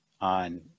on